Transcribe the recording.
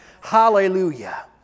Hallelujah